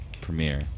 premiere